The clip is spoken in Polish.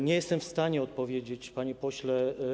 Nie jestem w stanie odpowiedzieć, panie pośle.